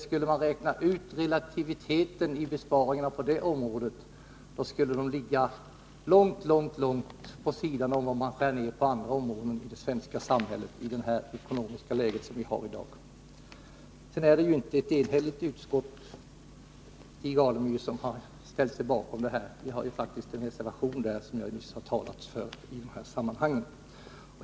Skulle man räkna ut hur besparingarna på det området relativt sett har slagit, skulle man finna att de ligger långt under de nedskärningar som görs på andra områden i det svenska samhället i dagens ekonomiska läge. Det är vidare inte ett enhälligt utskott, Stig Alemyr, som står bakom utskottsskrivningen. Det har faktiskt avgivits en reservation, och det är den som jag har talat för i dessa sammanhang.